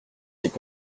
s’est